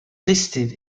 listed